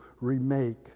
remake